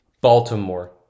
Baltimore